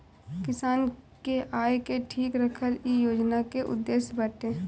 किसान के आय के ठीक रखल इ योजना के उद्देश्य बाटे